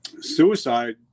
suicide